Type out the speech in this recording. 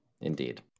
indeed